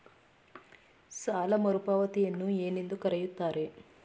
ಸಾಲ ಮರುಪಾವತಿಯನ್ನು ಏನೆಂದು ಕರೆಯುತ್ತಾರೆ?